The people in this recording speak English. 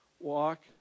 walk